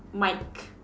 Mike